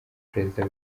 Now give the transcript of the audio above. perezida